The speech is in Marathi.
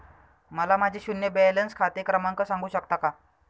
मला माझे शून्य बॅलन्स खाते क्रमांक सांगू शकता का?